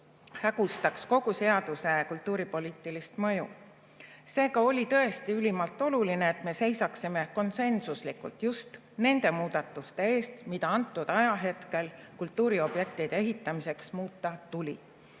hägustaks kogu seaduse kultuuripoliitilist mõju. Seega oli tõesti ülimalt oluline, et me seisaksime konsensuslikult just nende muudatuste eest, mida antud ajahetkel kultuuriobjektide ehitamiseks muuta